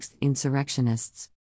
insurrectionists